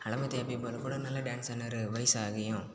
கூட நல்லா டான்ஸ் ஆடுனார் வயசு ஆகியும்